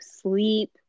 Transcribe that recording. sleep